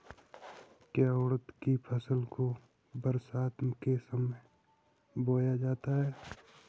क्या उड़द की फसल को बरसात के समय बोया जाता है?